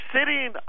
Sitting